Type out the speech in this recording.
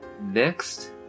next